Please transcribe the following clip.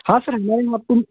हाँ सर